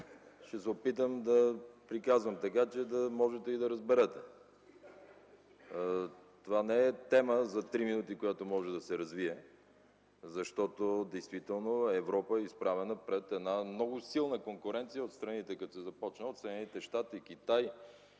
ще се опитам да приказвам така, че да можете и да разберете. Това не е тема, която може да се развие за 3 минути, защото действително Европа е изправена пред една много силна конкуренция от страните – като се започне от Съединените щати, Китай,